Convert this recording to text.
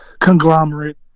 conglomerate